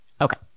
Okay